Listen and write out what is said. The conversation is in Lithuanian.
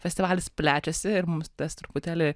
festivalis plečiasi ir mus tas truputėlį